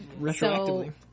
retroactively